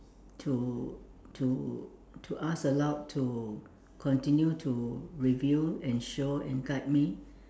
to to to ask the Lord to continue to reveal and show and guide me